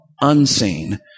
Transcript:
unseen